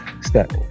step